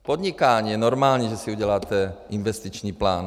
Podnikání je normální, že si uděláte investiční plán.